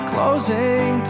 Closing